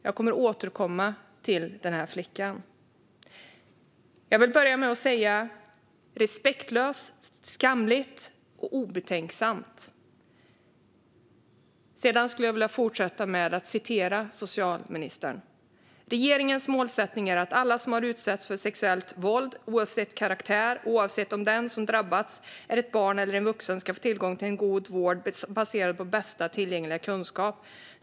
Jag kommer att återkomma till denna flicka. Jag vill börja med att säga: respektlöst, skamligt och obetänksamt. Sedan skulle jag vilja fortsätta genom att citera socialministern: "Regeringens målsättning är att alla som har utsatts för sexuellt våld, oavsett karaktär och oavsett om den som drabbats är ett barn eller en vuxen, ska få tillgång till en god vård baserad på bästa tillgängliga kunskap.